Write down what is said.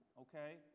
okay